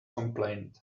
complained